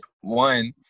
One